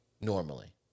normally